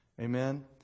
Amen